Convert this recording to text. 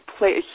play